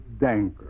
Danker